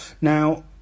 Now